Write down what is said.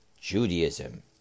Judaism